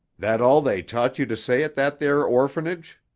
that all they taught you to say at that there orphanage?